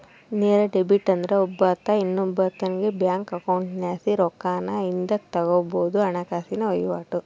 ನೇರ ಡೆಬಿಟ್ ಅಂದ್ರ ಒಬ್ಬಾತ ಇನ್ನೊಬ್ಬಾತುನ್ ಬ್ಯಾಂಕ್ ಅಕೌಂಟ್ಲಾಸಿ ರೊಕ್ಕಾನ ಹಿಂದುಕ್ ತಗಂಬೋ ಹಣಕಾಸಿನ ವಹಿವಾಟು